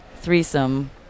threesome